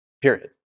period